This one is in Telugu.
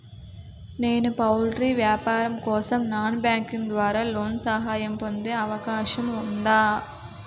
నేను పౌల్ట్రీ వ్యాపారం కోసం నాన్ బ్యాంకింగ్ ద్వారా లోన్ సహాయం పొందే అవకాశం ఉందా?